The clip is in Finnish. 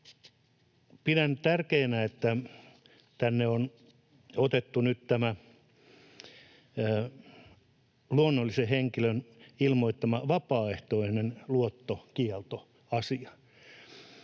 Pidän tärkeänä, että tänne on otettu nyt tämä luonnollisen henkilön ilmoittama vapaaehtoinen luottokielto.